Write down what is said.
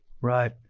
Right